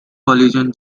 collision